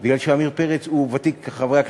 מכיוון שעמיר פרץ הוא ותיק חברי הכנסת,